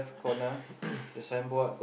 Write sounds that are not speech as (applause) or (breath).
(breath) (coughs) (breath)